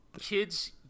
kids